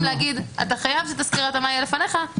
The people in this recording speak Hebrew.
להגיד: אתה חייב שתסקיר ההתאמה יהיה לפניך,